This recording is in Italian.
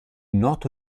noto